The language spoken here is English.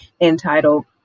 entitled